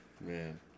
Man